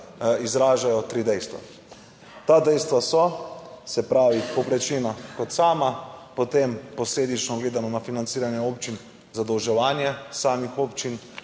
izražajo tri dejstva. Ta dejstva so, se pravi povprečnina kot sama, potem posledično gledamo na financiranje občin, zadolževanje samih občin